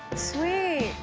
sweet.